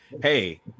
hey